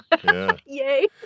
Yay